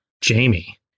Jamie